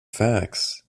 facts